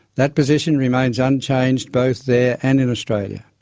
that position remains unchanged both there and in australia.